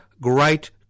great